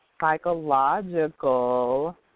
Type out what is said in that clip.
psychological